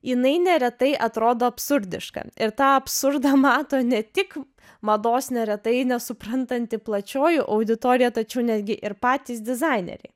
jinai neretai atrodo absurdiška ir tą absurdą mato ne tik mados neretai nesuprantanti plačioji auditorija tačiau netgi ir patys dizaineriai